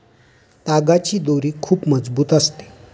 तागाची दोरी खूप मजबूत असते